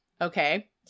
Okay